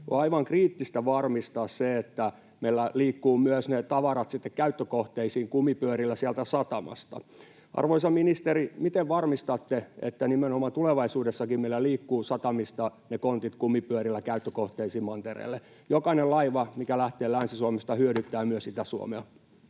On aivan kriittistä varmistaa se, että meillä liikkuvat myös ne tavarat sitten käyttökohteisiin kumipyörillä sieltä satamasta. Arvoisa ministeri, miten varmistatte, että nimenomaan tulevaisuudessakin meillä liikkuvat satamista ne kontit kumipyörillä käyttökohteisiin mantereelle? Jokainen laiva, mikä lähtee Länsi-Suomesta, hyödyttää myös Itä-Suomea.